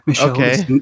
Okay